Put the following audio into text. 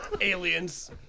Aliens